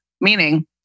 Meaning